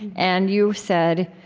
and you said